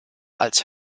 als